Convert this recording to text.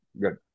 good